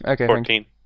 Okay